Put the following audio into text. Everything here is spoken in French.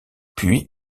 puis